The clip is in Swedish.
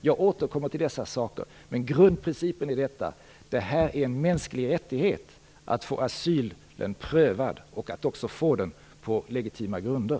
Jag återkommer till dessa saker - Schengen. Men grundprincipen är att det är en mänsklig rättighet att få asylansökan prövad och också att få den beviljad på legitima grunder.